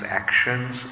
actions